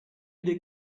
des